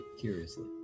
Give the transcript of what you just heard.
curiously